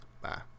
Bye